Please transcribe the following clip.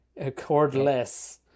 cordless